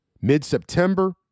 mid-September